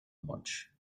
much